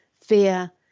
fear